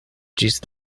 ĝis